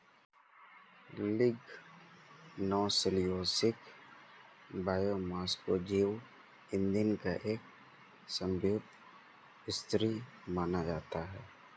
lignocellulosic biomass को जैव ईंधन का एक संभावित स्रोत माना जाता है